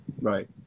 right